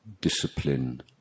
discipline